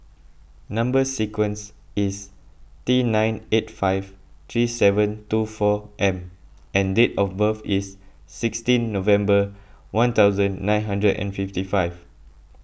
Number Sequence is T nine eight five three seven two four M and date of birth is sixteen November one thousand nine hundred and fifty five